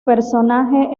personaje